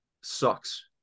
sucks